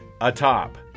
atop